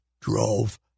drove